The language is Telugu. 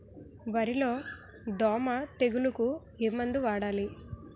వరిలో దోమ తెగులుకు ఏమందు వాడాలి?